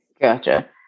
Gotcha